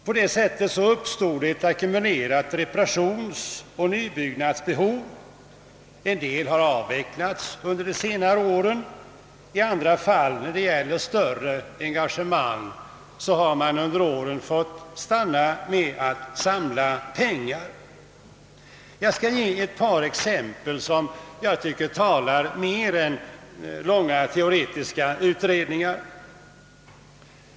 På det sättet uppstod ett ackumulerat reparationsoch nybyggnadsbehov. En del har avvecklats under de senare åren, i andra fall, när det gäller större engagemang, har man under åren fått stanna vid att samla pengar. Jag skall nämna ett par exempel, som jag tycker talar mer än långa teoretiska utredningar.